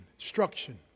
instruction